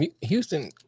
Houston